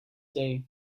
day